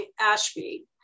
Ashby